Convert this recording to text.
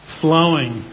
flowing